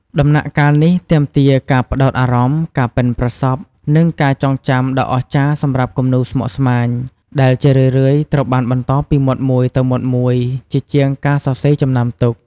ដំណាក់កាលនេះទាមទារការផ្តោតអារម្មណ៍ ការប៉ិនប្រសប់ និងការចងចាំដ៏អស្ចារ្យសម្រាប់គំនូរស្មុគស្មាញ ដែលជារឿយៗត្រូវបានបន្តពីមាត់មួយទៅមាត់មួយ ជាជាងការសរសេរចំណាំទុក។